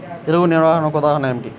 తెగులు నిర్వహణకు ఉదాహరణలు ఏమిటి?